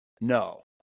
No